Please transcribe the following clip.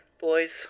Boys